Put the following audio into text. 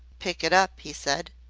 pick it up, he said.